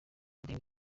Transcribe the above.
odinga